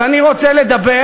אז אני רוצה לדבר,